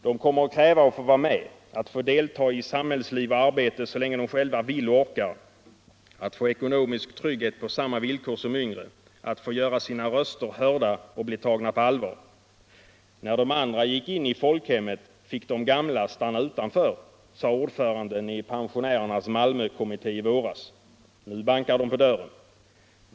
De kommer att kräva att få vara med, att få delta i samhällstiv och arbete så länge de själva vill och orkar, att få ekonomisk trygghet på samma villkor som yngre, att få göra sina röster hörda och bli tagna på allvar. ”När de andra gick in i folkhemmet fick de gamla stanna utanför”. sade ordföranden i Pensionärernas Malmökommitté i våras. Nu bankar de på dörren.